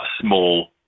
small